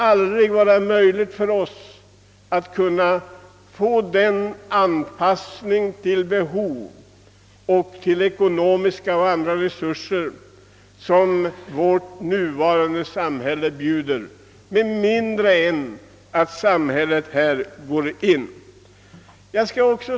Vi kan aldrig på den vägen nå en anpassning till behoven och till ekonomiska och andra resurser i samhället, om inte samhället självt går in för saken.